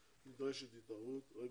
נדרשת התערבות רגולטורית.